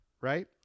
Right